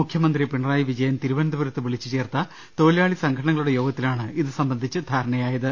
മുഖ്യമന്ത്രി പിണറായി വിജയൻ തിരുവനന്തപുരത്ത് വിളിച്ചുചേർത്ത തൊഴിലാളി സംഘടനകളുടെ യോഗ ത്തിലാണ് ഇതുസംബന്ധിച്ച ധാരണയായത്